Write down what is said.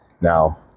now